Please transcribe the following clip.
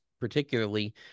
particularly